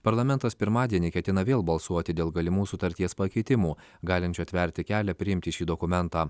parlamentas pirmadienį ketina vėl balsuoti dėl galimų sutarties pakeitimų galinčių atverti kelią priimti šį dokumentą